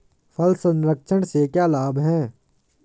फल संरक्षण से क्या लाभ है?